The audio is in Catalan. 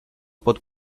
pot